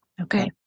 Okay